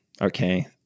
okay